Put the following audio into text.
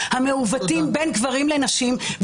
המעוותים בין גברים לנשים --- תודה.